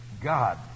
God